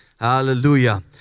Hallelujah